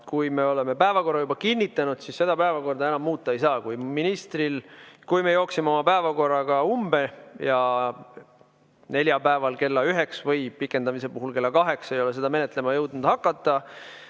kui me oleme päevakorra juba kinnitanud, siis seda päevakorda enam muuta ei saa. Kui me jookseme oma päevakorraga umbe ja neljapäeval kella üheks või pikendamise puhul kella kaheks me ei ole seda menetlema jõudnud hakata,